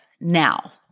now